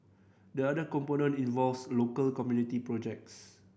the other component involves local community projects